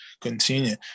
continue